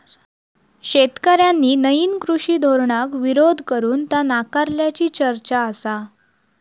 शेतकऱ्यांनी नईन कृषी धोरणाक विरोध करून ता नाकारल्याची चर्चा आसा